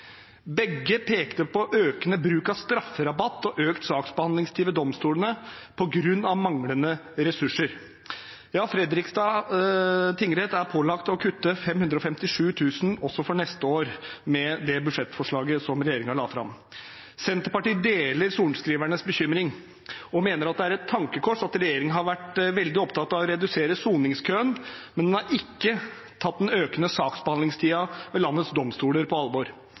Begge pekte på økende bruk av strafferabatt og økt saksbehandlingstid ved domstolene på grunn av manglende ressurser. Fredrikstad tingrett er pålagt å kutte 557 000 også for neste år med det budsjettforslaget som regjeringen la fram. Senterpartiet deler sorenskrivernes bekymring, og mener det er et tankekors at regjeringen har vært veldig opptatt av å redusere soningskøen, men ikke tatt den økende saksbehandlingstiden ved landets domstoler på alvor.